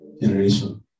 generation